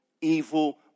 evil